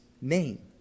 name